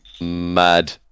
mad